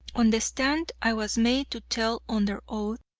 on the stand, i was made to tell, under oath,